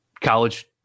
college